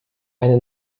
eine